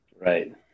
Right